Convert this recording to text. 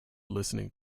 listening